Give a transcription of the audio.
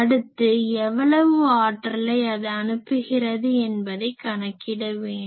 அடுத்து எவ்வளவு ஆற்றலை அது அனுப்புகிறது என்பதை கணக்கிட வேண்டும்